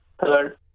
Third